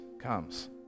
comes